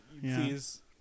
Please